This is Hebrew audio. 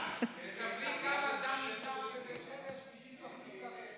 תספרי כמה דם נשפך בבית שמש בשביל תוכנית קרב.